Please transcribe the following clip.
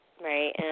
Right